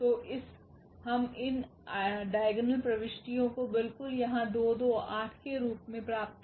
तो हम इन डाइगोनल प्रविष्टियों को बिल्कुल यहाँ 2 2 और 8 के रूप में प्राप्त कर रहे हैं